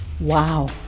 Wow